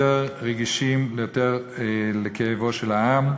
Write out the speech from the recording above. יותר רגישים לכאבו של העם.